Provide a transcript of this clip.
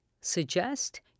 suggest